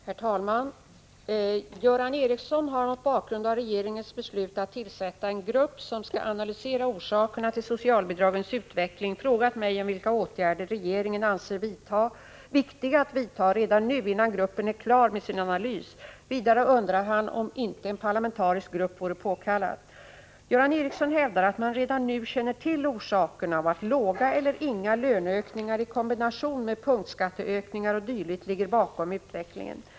Herr talman! Göran Ericsson har mot bakgrund av regeringens beslut att tillsätta en grupp som skall analysera orsakerna till socialbidragens utveckling frågat mig om vilka åtgärder regeringen anser viktiga att vidta redan nu, innan gruppen är klar med sin analys. Vidare undrar han om inte en parlamentarisk grupp vore påkallad. Göran Ericsson hävdar att man redan nu känner till orsakerna och att låga eller inga löneökningar i kombination med punktskatteökningar o. d. ligger bakom utvecklingen.